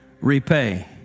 repay